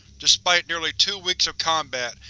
despite nearly two weeks of combat,